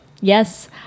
yes